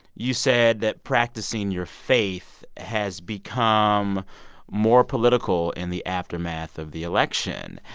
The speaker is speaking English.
you said that practicing your faith has become more political in the aftermath of the election.